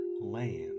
land